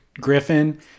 Griffin